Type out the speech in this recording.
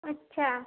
अच्छा